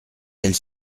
celle